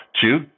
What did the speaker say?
two